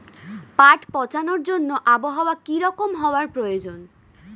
পাট পচানোর জন্য আবহাওয়া কী রকম হওয়ার প্রয়োজন?